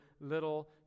little